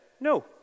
No